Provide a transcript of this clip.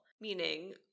Meaning